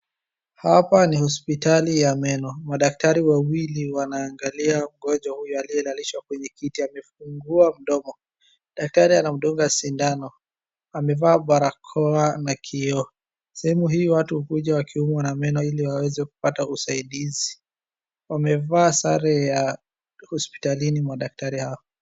Hapa ni hospitali ya meno. Madaktari wawili wanaangalia mgonjwa huyu aliyelalishwa kwenye kiti. Amefungua mdomo. Dakatari anamdunga sindano. Amevaa barakoa na kioo. Sehemu hii watu hukuja wakiumwa na meno iliwaweze kupata usaidizi. Wamevaa sare ya hopsitalini madaktari hawa.